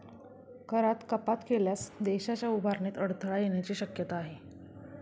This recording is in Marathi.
करात कपात केल्यास देशाच्या उभारणीत अडथळा येण्याची शक्यता आहे